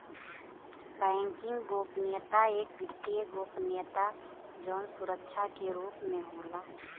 banking गोपनीयता एक वित्तीय गोपनीयता जौन सुरक्षा के रूप में होला